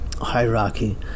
hierarchy